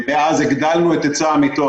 מאז הגדלנו את היצע המיטות,